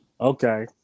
okay